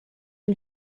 him